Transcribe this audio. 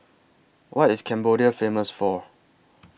What IS Cambodia Famous For